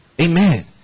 Amen